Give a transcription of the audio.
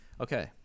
Okay